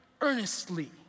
earnestly